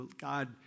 God